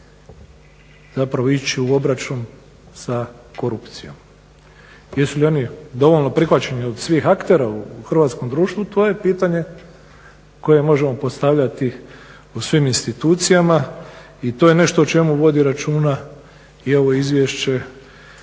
zapravo ići u obračun sa korupcijom. Jesu li oni dovoljno prihvaćeni od svih aktera u hrvatskom društvu to je pitanje koje možemo postavljati u svim institucijama i to je nešto o čemu vodi računa i ovo izvješće